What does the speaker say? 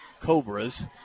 Cobras